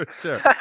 Sure